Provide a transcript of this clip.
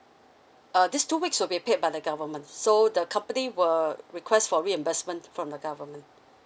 uh these two weeks will be paid by the government so the company will request for reimbursement from the government